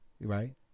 right